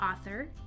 author